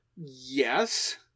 Yes